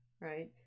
right